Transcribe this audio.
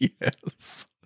Yes